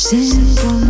Simple